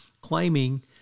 claiming